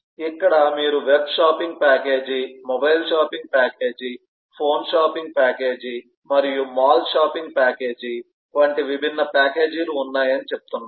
ఇక్కడ మీరు web shopping package mobile shopping package phone shopping package మరియు మాల్ షాపింగ్ ప్యాకేజీ వంటి విభిన్న ప్యాకేజీలు ఉన్నాయని చెప్తున్నారు